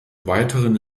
weiteren